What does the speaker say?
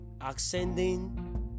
ascending